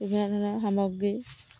বিভিন্ন ধৰণৰ সামগ্ৰী